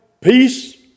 peace